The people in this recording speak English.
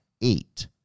eight